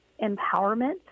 empowerment